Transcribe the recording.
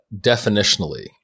definitionally